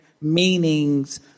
meanings